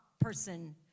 person